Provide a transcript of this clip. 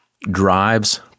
drives